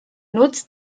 nutzt